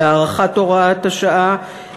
על הארכת הוראת השעה,